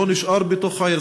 לא נשאר בתוך העיר.